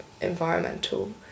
environmental